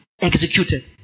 executed